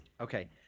Okay